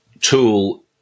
tool